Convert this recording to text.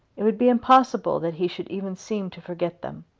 it would be impossible that he should even seem to forget them.